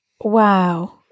Wow